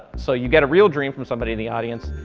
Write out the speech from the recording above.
so you get a real dream from somebody in the audience.